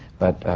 but.